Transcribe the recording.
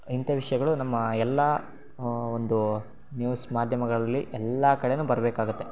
ಇಂಥ ವಿಷಯಗಳು ನಮ್ಮ ಎಲ್ಲ ಒಂದು ನ್ಯೂಸ್ ಮಾಧ್ಯಮಗಳಲ್ಲಿ ಎಲ್ಲ ಕಡೆ ಬರಬೇಕಾಗತ್ತೆ